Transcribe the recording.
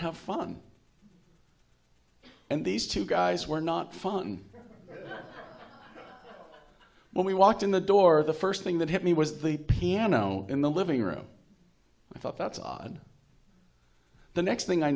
have fun and these two guys were not fun and when we walked in the door the first thing that hit me was the piano in the living room i thought that's odd the next thing i